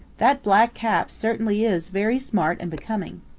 that black cap certainly is very smart and becoming.